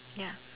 ya